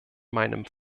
meinem